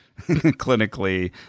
clinically